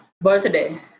birthday